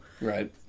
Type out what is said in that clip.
Right